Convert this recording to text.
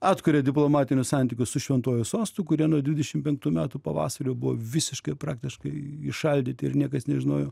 atkuria diplomatinius santykius su šventuoju sostu kurie nuo dvidešim penktų metų pavasario buvo visiškai praktiškai įšaldyti ir niekas nežinojo